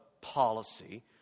policy